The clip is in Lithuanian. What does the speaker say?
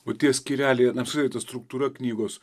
o tie skyreliai na apskritai ta struktūra knygos